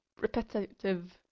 repetitive